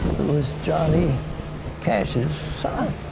who is johnny cash's son.